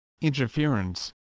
interference